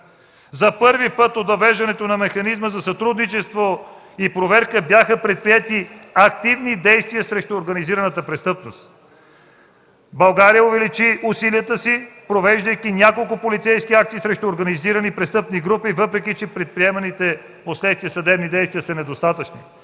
За първи път от въвеждането на Механизма за сътрудничество и проверка бяха предприети активни действия срещу организираната престъпност. България увеличи усилията си, провеждайки няколко полицейски акции срещу организирани престъпни групи, въпреки че предприеманите впоследствие съдебни действия са недостатъчни.”